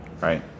Right